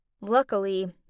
Luckily